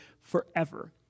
forever